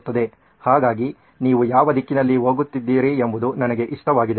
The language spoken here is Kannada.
ಹಾಗಾಗಿ ನೀವು ಯಾವ ದಿಕ್ಕಿನಲ್ಲಿ ಹೋಗುತ್ತಿದ್ದೀರಿ ಎಂಬುದು ನನಗೆ ಇಷ್ಟವಾಗಿದೆ